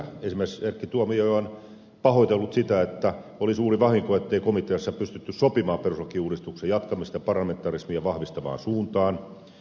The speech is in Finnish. erkki tuomioja on pahoitellut sitä että oli suuri vahinko ettei komiteassa pystytty sopimaan perustuslakiuudistuksen jatkamisesta parlamentarismia vahvistavaan suuntaan